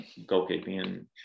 goalkeeping